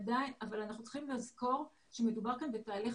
עדיין אנחנו צריכים לזכור שמדובר בתהליך